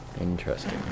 Interesting